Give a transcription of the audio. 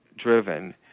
driven